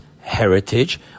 heritage